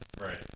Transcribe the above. Right